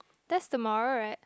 that's tomorrow right